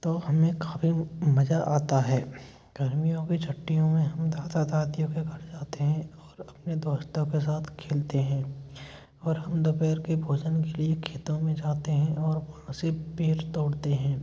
तो हमें काफ़ी मज़ा आता है गर्मियों की छुट्टियों में हम दादा दादियों के घर जाते हैं और अपने दोस्तों के साथ खेलते हैं और हम दोपहर के भोजन के लिए खेतों में जाते हैं और वहाँ से बेर तोड़ते हैं